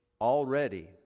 already